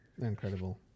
Incredible